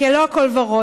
כי לא הכול ורוד.